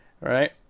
Right